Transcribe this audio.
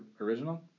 original